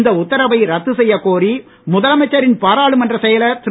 இந்த உத்தரவை ரத்து செய்யக்கோரி முதலமைச்சரின் பாராளுமன்ற செயலர் திரு